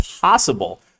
possible